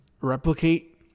replicate